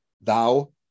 thou